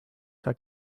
saa